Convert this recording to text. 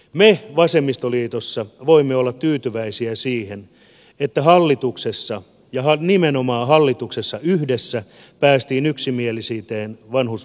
me vasemmistoliitossa voimme olla tyytyväisiä siihen että hallituksessa ja nimenomaan hallituksessa yhdessä päästiin yksimielisyyteen vanhuspalveluista